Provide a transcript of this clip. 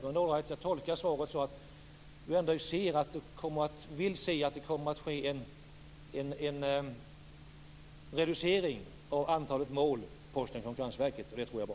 Men all right, jag tolkar svaret så att det kommer att ske en reducering av antalet mål mellan Posten och Konkurrensverket, och det är bra.